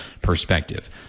perspective